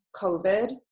COVID